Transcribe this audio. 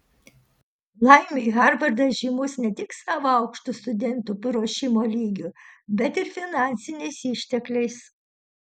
laimei harvardas žymus ne tik savo aukštu studentų paruošimo lygiu bet ir finansiniais ištekliais